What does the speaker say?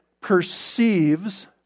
perceives